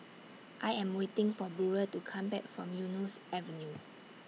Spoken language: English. I Am waiting For Burrell to Come Back from Eunos Avenue